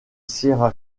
sierra